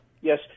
Yes